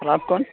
اور آپ کون